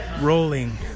rolling